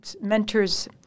mentors